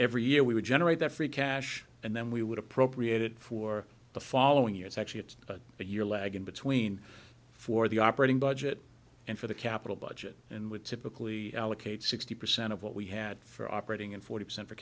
every year we would generate that free cash and then we would appropriated for the following years actually it's a year lag in between for the operating budget and for the capital budget and would typically allocate sixty percent of what we had for operating and forty percent for